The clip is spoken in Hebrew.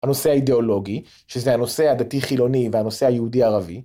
הנושא האידיאולוגי, שזה הנושא הדתי-חילוני והנושא היהודי-ערבי.